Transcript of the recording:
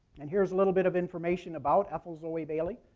and here's a little bit of information about ethel zoe bailey.